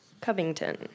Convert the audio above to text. Covington